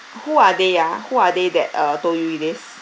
who are they ah who are they that uh told you this